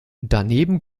daneben